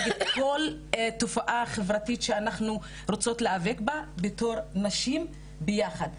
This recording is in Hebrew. נגד כל תופעה חברתית שאנחנו רוצות להיאבק בה בתור נשים ביחד,